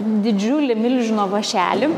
didžiulį milžino vąšelį